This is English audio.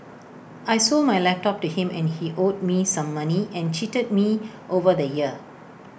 I sold my laptop to him and he owed me some money and cheated me over the year